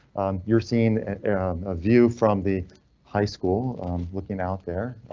you're seeing a view from the high school looking out there.